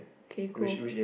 K cool